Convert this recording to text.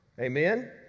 Amen